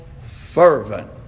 fervent